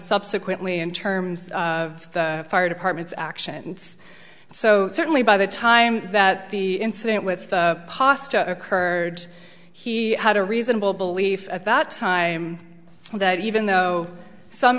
subsequently in terms of the fire department's action so certainly by the time that the incident with pasta occurred he had a reasonable belief at that time that even though some